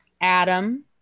adam